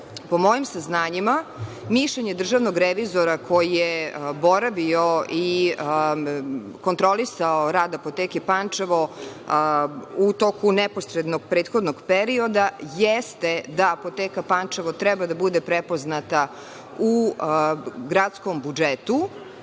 mojim saznanjima, mišljenje državnog revizora koji je boravio i kontrolisao rad Apoteke Pančevo, u toku neposrednog prethodnog perioda, jeste da Apoteka Pančevo treba da bude prepoznata u gradskom budžetu